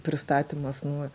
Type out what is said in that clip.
pristatymas nu